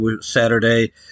Saturday